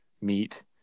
meat